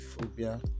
phobia